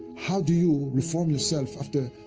how do you reform yourself after,